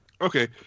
Okay